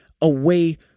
away